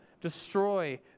destroy